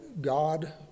God